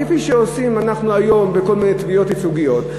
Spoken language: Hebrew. כפי שאנחנו עושים היום בכל מיני תביעות ייצוגיות.